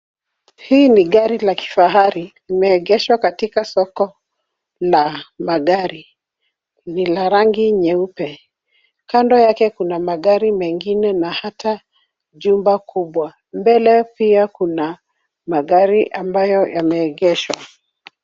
Hii ni gari la kifahari limeegeshwa katika soko la magari. Ni la rangi nyeupe kando yake kuna magari mengine na hata jumba kubwa mbele pia kuna magari ambayo yameegeshwa.